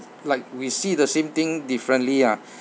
like we see the same thing differently ah